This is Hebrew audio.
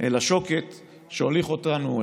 אל השוקת שאליה הוליך אותנו,